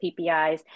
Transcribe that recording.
PPIs